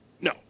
No